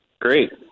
Great